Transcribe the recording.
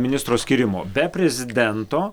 ministro skyrimo be prezidento